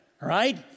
right